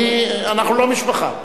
אנחנו לא משפחה.